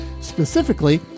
specifically